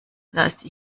lasse